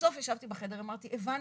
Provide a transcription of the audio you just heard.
בסוף ישבתי בחדר, אמרתי הבנתי.